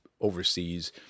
overseas